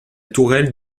tourelle